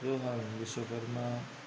Rohan Vishwakarma